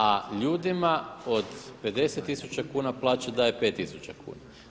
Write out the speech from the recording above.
A ljudima od 50 tisuća kuna plaće daje 5 tisuća kuna.